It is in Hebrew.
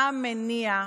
מה המניע?